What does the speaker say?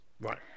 Right